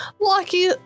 Lucky